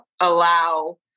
allow